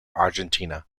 argentina